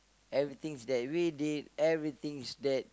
every things that we did every things that